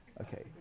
Okay